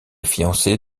fiancé